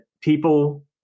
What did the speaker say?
people